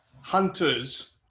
hunters